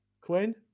Quinn